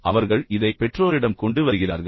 இப்போது அவர்கள் இதை பெற்றோரிடம் கொண்டு வருகிறார்கள்